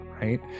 right